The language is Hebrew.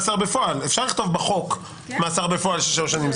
אפשר לכתוב בחוק מאסר בפועל של שלוש שנים.